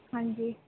ਹਾਂਜੀ